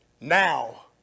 now